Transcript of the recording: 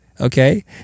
okay